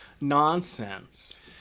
nonsense